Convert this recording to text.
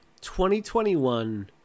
2021